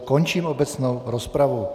Končím obecnou rozpravu.